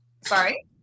sorry